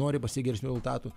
nori pasiekt geresnių rezultatų